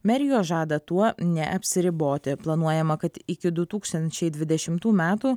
merijos žada tuo neapsiriboti planuojama kad iki du tūkstančiai dvidešimtų metų